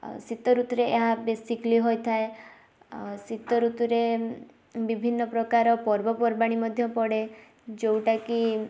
ଆଉ ଶୀତଋତୁରେ ଏହା ବେଶିକ୍ଲି ହୋଇଥାଏ ଆଉ ଶୀତ ଋତୁରେ ବିଭିନ୍ନପ୍ରକାର ପର୍ବପର୍ବାଣି ମଧ୍ୟ ପଡ଼େ ଯେଉଁଟାକି